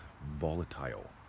volatile